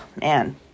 man